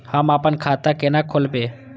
हम आपन खाता केना खोलेबे?